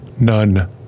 none